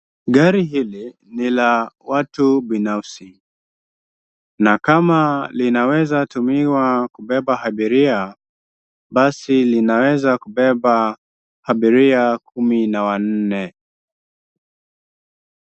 Gari hili ni la watu binafsi na kama linaweza tumiwa kubeba abiria, basi linaweza kubeba abiria kumi na wanne.